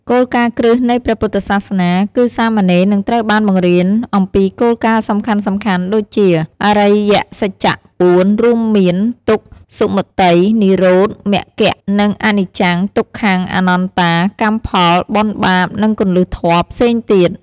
គោលការណ៍គ្រឹះនៃព្រះពុទ្ធសាសនា គឺសាមណេរនឹងត្រូវបានបង្រៀនអំពីគោលការណ៍សំខាន់ៗដូចជា អរិយសច្ច ៤ រួមមាន ទុក្ខ សមុទ័យ និរោធ មគ្គ និង អនិច្ចំ ទុក្ខំ អនត្តា កម្មផល បុណ្យ បាប និងគន្លឹះធម៌ផ្សេងទៀត។